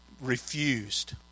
refused